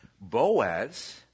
Boaz